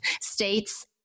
states